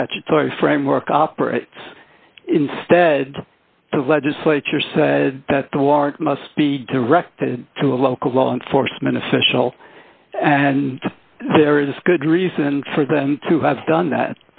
statutory framework operates instead the legislature said that the warrant must be directed to a local law enforcement official and there is good reason for them to have done that